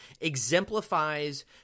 exemplifies